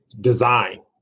design